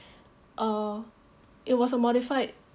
uh it was a modified